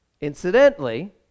Incidentally